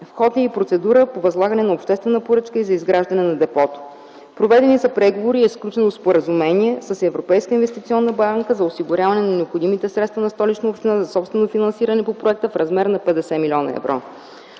В ход е и процедура по възлагане на обществена поръчка и за изграждане на депото. Проведени са преговори и е сключено споразумение с Европейска инвестиционна банка за осигуряване на необходимите средства на Столична община за собствено финансиране по проекта в размер на 50 млн. евро.